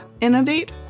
Innovate